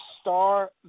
star